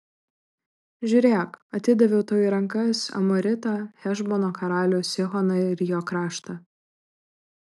žiūrėk atidaviau tau į rankas amoritą hešbono karalių sihoną ir jo kraštą